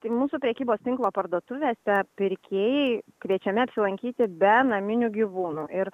tai mūsų prekybos tinklo parduotuvėse pirkėjai kviečiami apsilankyti be naminių gyvūnų ir